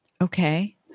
okay